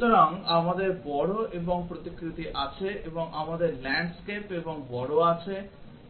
সুতরাং আমাদের বড় এবং প্রতিকৃতি আছে এবং আমাদের ল্যান্ডস্কেপ এবং বড় আছে